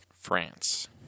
France